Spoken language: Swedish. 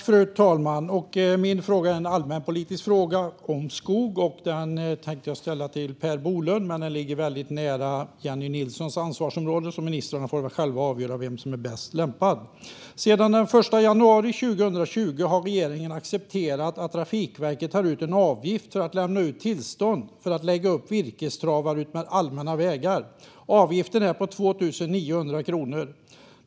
Fru talman! Min fråga är en allmänpolitisk fråga om skog, och jag tänkte ställa den till Per Bolund. Den ligger dock väldigt nära Jennie Nilssons ansvarsområde, så ministrarna får väl själva avgöra vem som är bäst lämpad att svara på den. Sedan den 1 januari 2020 har regeringen accepterat att Trafikverket tar ut en avgift för att lämna ut tillstånd att lägga upp virkestravar utmed allmänna vägar. Avgiften är på 2 900 kronor.